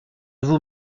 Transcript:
vous